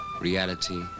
Reality